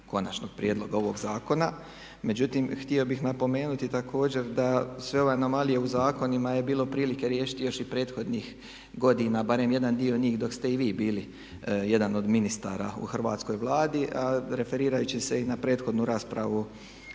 konačnog prijedloga ovog zakona. Međutim, htio bih napomenuti također da sve ove anomalije u zakonima je bilo prilike riješiti još i prethodnih godina, barem jedan dio njih dok ste i vi bili jedan od ministara u hrvatskoj Vladi, a referirajući se i na prethodnu raspravu